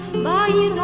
my